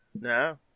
no